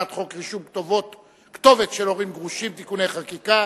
הצעת חוק רישום כתובת של הורים גרושים (תיקוני חקיקה),